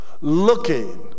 looking